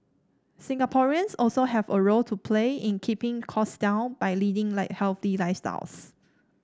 Singaporeans also have a role to play in keeping cost down by leading healthy lifestyles